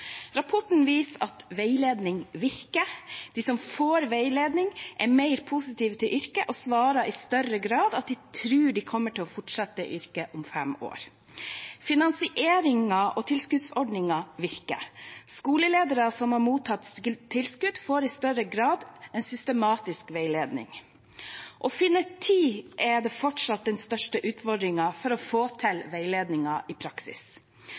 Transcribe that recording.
Rapporten viser at veiledning virker. De som får veiledning, er mer positive til yrket og svarer i større grad at de tror de fortsatt kommer til å være i yrket om fem år. Finansieringen og tilskuddsordningen virker. Skoleledere som har mottatt tilskudd, får i større grad en systematisk veiledning. Å finne tid er fortsatt den største utfordringen for å få til veiledning i praksis.